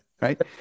right